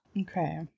okay